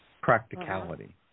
practicality